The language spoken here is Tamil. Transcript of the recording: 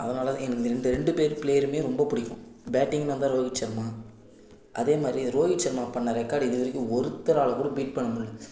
அதனால தான் எனக்கு இந்த ரெண்டு ரெண்டு பேர் ப்ளேயருமே ரொம்ப பிடிக்கும் பேட்டிங் வந்தால் ரோகித்சர்மா அதே மாதிரி ரோகித்சர்மா பண்ண ரெக்கார்டு இது வரைக்கும் ஒருத்தரால் கூட பீட் பண்ண முடியல